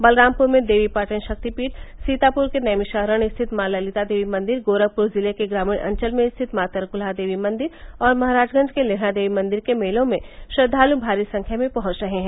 बलरामपुर में देवीपाटन शक्तिपीठ सीताप्र के नैमिषारण्य स्थित माँ ललिता देवी मंदिर गोरखप्र जिले के ग्रामीण अंचल में स्थित माँ तरक्लहा देवी मंदिर और महराजगंज के लेहड़ा देवी मंदिर के मेलों में श्रद्वालु भारी संख्या में पहुंच रहे हैं